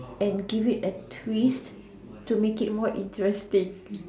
and give it a twist to make it more interesting